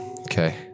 Okay